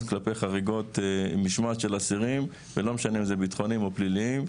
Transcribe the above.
כלפי חריגות משמעת של אסירים ולא משנה אם זה ביטחוניים או פליליים.